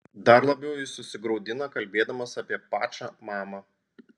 dar labiau jis susigraudina kalbėdamas apie pačą mamą